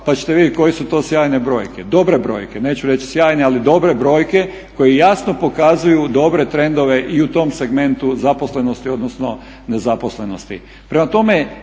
pa ćete vidjeti koje su to sjajne brojke, dobre brojke, neću reći sjajne, ali dobre brojke koje jasno pokazuju dobre trendove i u tom segmentu zaposlenosti odnosno nezaposlenosti.